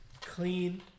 clean